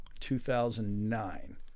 2009